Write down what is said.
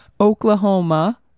Oklahoma